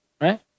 Right